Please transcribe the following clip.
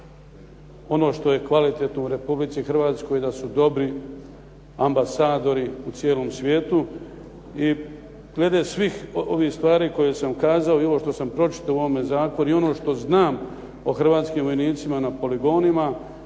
ono što je kvalitetno u Republici Hrvatskoj, da su dobri ambasadori u cijelom svijetu. I glede svih ovih stvari koje sam kazao i ovo što sam pročitao u ovome zakonu i ono što znam o hrvatskim vojnicima na poligonima,